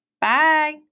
Bye